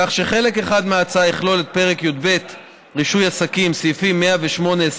כך שחלק אחד מההצעה יכלול את פרק י"ב (רישוי עסקים) סעיפים 108(23)